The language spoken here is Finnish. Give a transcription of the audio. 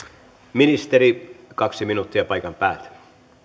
ministeri kaksi minuuttia paikan päältä arvoisa